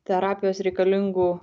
terapijos reikalingų